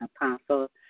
Apostle